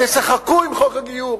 תשחקו עם חוק הגיור,